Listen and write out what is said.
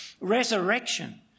resurrection